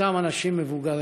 באותם אנשים מבוגרים.